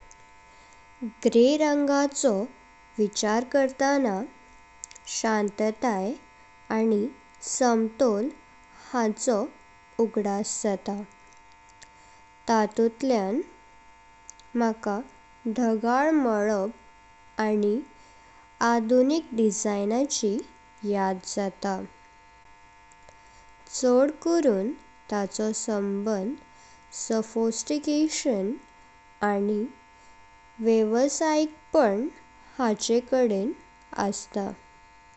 Grey रंगाचो विचार करताना शांतीताय आनी समतोल हांचो उगदास जाता। तातून्तल्यान म्हाका धागल मालब, आनी आधुनिक डिज़ायनाची याद जाता। चड करून ताचो संबंध सोफिस्टिकेशन आनी व्यवसायिकपण हांचे कादन असता।